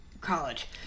college